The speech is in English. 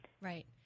right